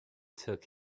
took